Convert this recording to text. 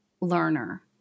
learner